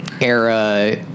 era